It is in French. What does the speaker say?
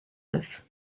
neuf